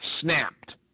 snapped